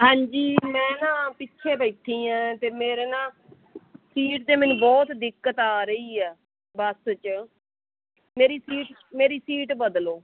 ਹਾਂਜੀ ਮੈਂ ਨਾ ਪਿੱਛੇ ਬੈਠੀ ਆ ਅਤੇ ਮੇਰੇ ਨਾਲ ਸੀਟ 'ਤੇ ਮੈਨੂੰ ਬਹੁਤ ਦਿੱਕਤ ਆ ਰਹੀ ਆ ਬਸ 'ਚ ਮੇਰੀ ਸੀਟ ਮੇਰੀ ਸੀਟ ਬਦਲੋ